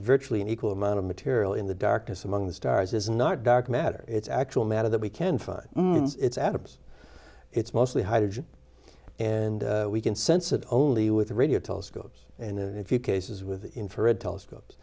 virtually an equal amount of material in the darkness among stars is not dark matter it's actual matter that we can find its atoms it's mostly hydrogen and we can sense it only with radio telescopes and if you cases with infrared telescopes